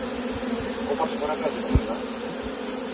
कभार सुबार होजोबगोन आरोना